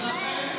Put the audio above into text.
תיזהר.